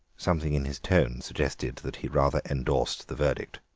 something in his tone suggested that he rather endorsed the verdict.